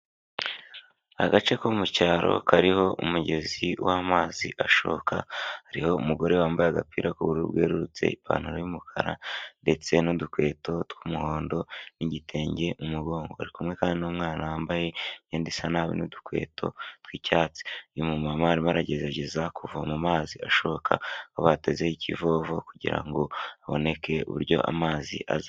Agace ko mucyaro kariho umugezi w'amazi ashoka hariho umugore wambaye agapira k'ubururu bwerurutse ipantaro y'umukara ndetse n'udukweto tw'umuhondo n'igitenge mugongo ari kumwe kandi n'umwana wambaye imyenda isa nabi n'udukweto tw'icyatsi iyu mu mama baragerageza kuvoma amazi ashoka aho obateze ikivov kugirango haboneke uburyo amazi aza.